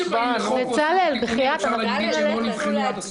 בצלאל, בחייאת, אנחנו רוצים ללכת.